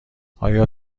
آیا